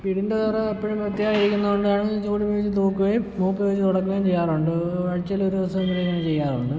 വീടിൻ്റെ തറ എപ്പോഴും വൃത്തിയായിരിക്കുന്നത് കൊണ്ടാണ് ചൂലുപയോഗിച്ച് തൂക്കുകയും മോപ്പുപയോഗിച്ച് തുടക്കുകയും ചെയ്യാറുണ്ട് ആഴ്ചയിലൊരു ദിവസമെങ്കിലും ഇങ്ങനെ ചെയ്യാറുണ്ട്